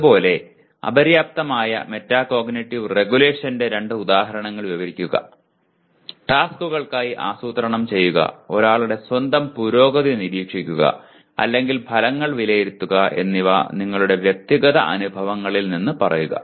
അതുപോലെ അപര്യാപ്തമായ മെറ്റാകോഗ്നിറ്റീവ് റെഗുലേഷന്റെ രണ്ട് ഉദാഹരണങ്ങൾ വിവരിക്കുക ടാസ്ക്കുകൾക്കായി ആസൂത്രണം ചെയ്യുക ഒരാളുടെ സ്വന്തം പുരോഗതി നിരീക്ഷിക്കുക അല്ലെങ്കിൽ ഫലങ്ങൾ വിലയിരുത്തുക എന്നിവ നിങ്ങളുടെ വ്യക്തിഗത അനുഭവങ്ങളിൽ നിന്ന് പറയുക